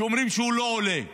שאומרים שהוא לא עולה כסף.